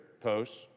posts